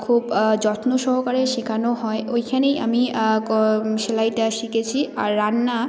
খুব যত্ন সহকারে শেখানো হয় ওইখানেই আমি সেলাইটা শিখেছি আর রান্না